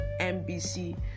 NBC